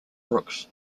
brooks